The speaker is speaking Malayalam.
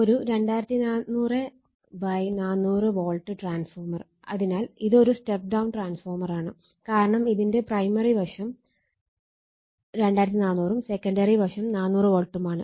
ഒരു 2400 400 വോൾട്ട് ട്രാൻസ്ഫോർമർ അതിനാൽ ഇതൊരു സ്റ്റെപ്പ് ഡൌൺ ട്രാൻസ്ഫോർമർ ആണ് കാരണം ഇതിന്റെ പ്രൈമറി വശം 2400 ഉം സെക്കണ്ടറി വശം 400 വോൾട്ടുമാണ്